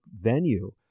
venue